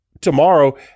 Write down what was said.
tomorrow